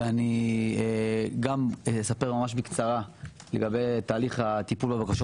אני גם אספר ממש בקצרה לגבי תהליך הטיפול בבקשות